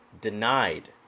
denied